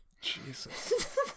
Jesus